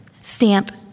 Stamp